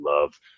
love